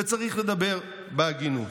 וצריך לדבר בהגינות,